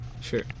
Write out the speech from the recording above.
sure